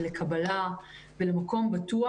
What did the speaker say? לקבלה ולמקום בטוח.